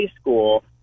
school